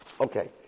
okay